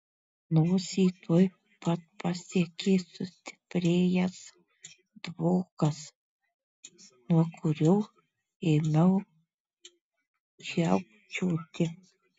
nosį tuoj pat pasiekė sustiprėjęs dvokas nuo kurio ėmiau žiaukčioti